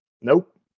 Nope